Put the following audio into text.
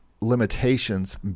limitations